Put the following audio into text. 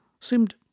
seemed